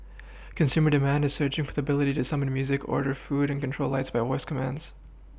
consumer demand is surging for the ability to summon music order food and control lights by voice commands